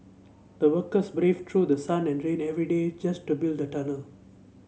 the workers braved through the sun and rain every day just to build the tunnel